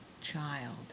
child